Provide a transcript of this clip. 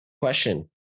Question